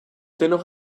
dennoch